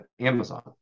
Amazon